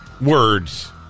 words